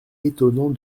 étonnant